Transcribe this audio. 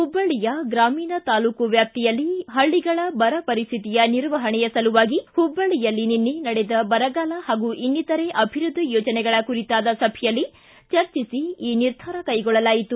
ಹುಬ್ಬಳ್ಳಿಯ ಗ್ರಾಮೀಣ ತಾಲೂಕು ವ್ಯಾಪ್ತಿಯಲ್ಲಿ ಹಳ್ಳಗಳ ಬರಪರಿಸ್ಥಿತಿಯ ನಿರ್ವಹಣೆಯ ಸಲುವಾಗಿ ಹುಬ್ಬಳ್ಳಿಯಲ್ಲಿ ನಿನ್ನೆ ನಡೆದ ಬರಗಾಲ ಹಾಗೂ ಇನ್ನಿತರೆ ಅಭಿವೃದ್ಧಿ ಯೋಜನೆಗಳ ಕುರಿತಾದ ಸಭೆಯಲ್ಲಿ ಚರ್ಚಿಸಿ ನಿರ್ಧಾರ ಕೈಗೊಳ್ಳಲಾಯಿತು